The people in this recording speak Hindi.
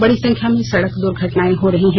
बड़ी संख्या में सड़क दुर्घटनाएं हो रही हैं